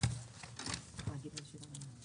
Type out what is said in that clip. את הישיבה.